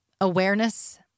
awareness